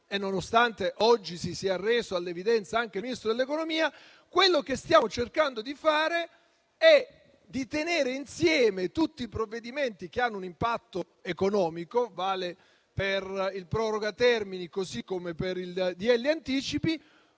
e nonostante oggi si sia arreso all'evidenza anche il Ministro dell'economia, quello che stiamo cercando di fare è tenere insieme tutti i provvedimenti che hanno un impatto economico (vale per il disegno di legge cosiddetto proroga termini